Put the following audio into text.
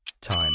Time